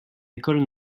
école